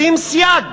ישים סייג.